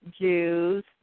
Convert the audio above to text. Jews